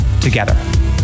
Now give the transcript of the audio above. together